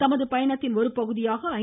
தமது பயணத்தின் ஒரு பகுதியாக ஐ